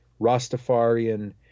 Rastafarian